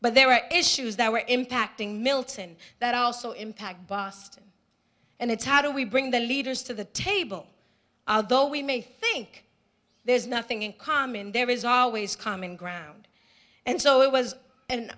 but there are issues that were impacting milton that also impact boston and it's how do we bring the leaders to the table although we may think there's nothing in common there is always common ground and so it was an